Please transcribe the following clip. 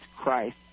Christ